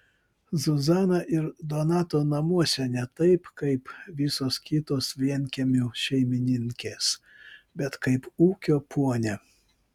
zuzana ir donato namuose ne taip kaip visos kitos vienkiemių šeimininkės bet kaip ūkio ponia